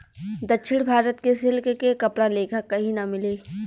दक्षिण भारत के सिल्क के कपड़ा लेखा कही ना मिले